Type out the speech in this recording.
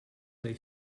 they